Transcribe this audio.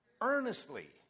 Earnestly